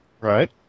Right